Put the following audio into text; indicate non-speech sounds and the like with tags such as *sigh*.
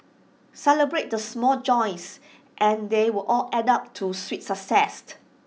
celebrate the small joys and they will all add up to sweet *unintelligible*